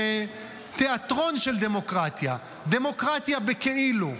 תיאטרון של דמוקרטיה, דמוקרטיה בכאילו.